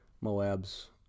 Moab's